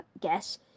guess